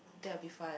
that'll be fun